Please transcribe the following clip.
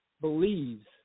believes